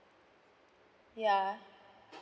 yeah